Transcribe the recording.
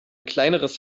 kleineres